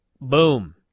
boom